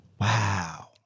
Wow